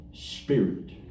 Spirit